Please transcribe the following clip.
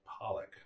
Pollock